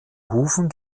hufen